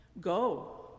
Go